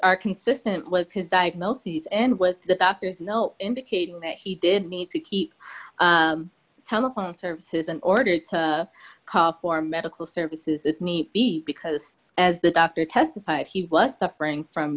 are consistent with his diagnoses and with the doctor's note indicating that he did need to keep telephone services in order to call for medical services that meet because as the doctor testified he was suffering from